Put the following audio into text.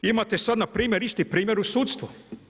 Imate sad npr. isti primjer u sudstvu.